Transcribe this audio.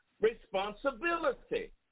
responsibility